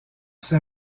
ses